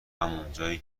همونجایی